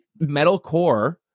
Metalcore